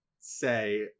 say